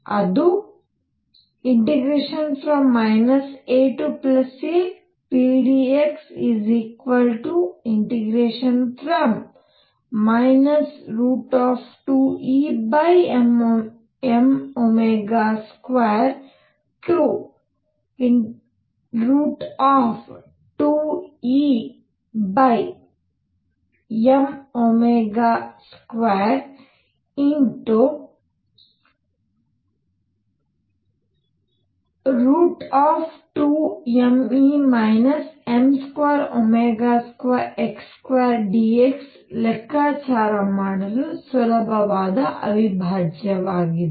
ಆದ್ದರಿಂದ AApdx 2Em22Em22mE m22x2 dxಲೆಕ್ಕಾಚಾರ ಮಾಡಲು ಸುಲಭವಾದ ಅವಿಭಾಜ್ಯವಾಗಿದೆ